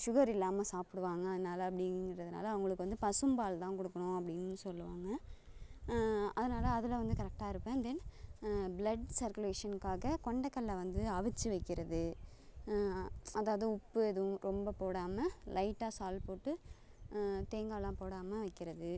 sugar இல்லாமல் சாப்பிடுவாங்க அதனால் அப்படிங்கிறதுனால அவங்களுக்கு வந்து பசும்பால் தான் கொடுக்கணும் அப்படின்னு சொல்லுவாங்க அதனால் அதில் வந்து கரெக்டாக இருப்பேன் தென் ப்ளட் சர்க்குலேஷனுக்காக கொண்டக்கடலை வந்து அவித்து வைக்கிறது அதாவது உப்பு எதுவும் ரொம்பப் போடாமல் லைட்டாக சால்ட் போட்டு தேங்காய் எல்லாம் போடாமல் வைக்கிறது